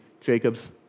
Jacob's